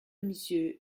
monsieur